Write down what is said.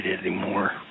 anymore